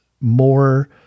more